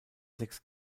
sechs